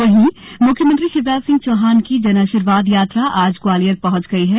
वहीं मुख्यमंत्री शिवराज सिंह चौहान की जन आशीर्वाद यात्रा आज ग्वालियर पहच गई है